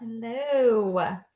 Hello